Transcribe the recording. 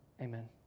Amen